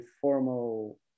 formal